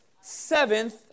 Seventh